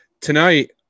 Tonight